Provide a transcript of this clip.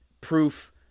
proof